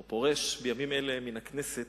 או פורש בימים אלה, מן הכנסת,